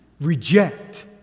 reject